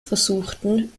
versuchten